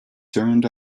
turned